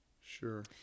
sure